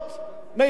עולות מרוסיה,